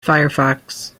firefox